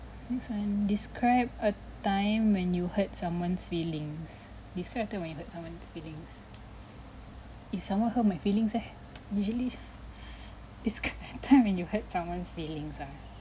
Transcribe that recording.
next one describe a time when you hurt someone's feelings describe the time when you hurt someone's feelings if someone hurt my feelings eh usually describe the time when you hurt someone's feelings ah